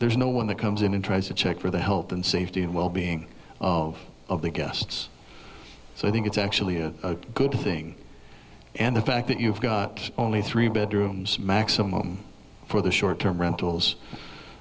there's no one that comes in and tries to check for the health and safety and well being of the guests so i think it's actually a good thing and the fact that you've got only three bedrooms maximum for the short term rentals